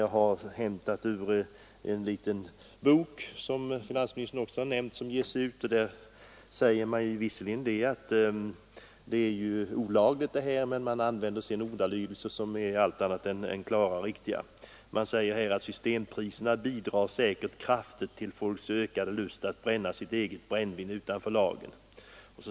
Jag har hämtat något ur en av de böcker som finansministern har nämnt i svaret. I denna bok säger man visserligen att hembränning är olaglig, men man använder sedan ordalydelser som är allt annat än klara och riktiga. Man säger bl.a.: ”System-priserna bidrar säkert kraftigt till folks ökade lust att bränna sitt eget brännvin utanför lagen.